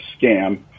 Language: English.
scam